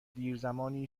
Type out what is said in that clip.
دیرزمانی